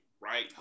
right